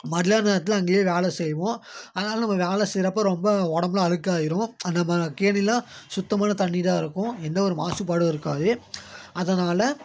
மதியானம் நேரத்தில் அங்கேயே வேலை செய்வோம் அதனால் நம்ம வேலை சிறப்பாக ரொம்ப உடம்புலாம் அழுக்காக ஆகிடும் நம்ம கேணிலாம் சுத்தமான தண்ணி தான் இருக்கும் எந்த ஒரு மாசுபாடும் இருக்காது அதனால்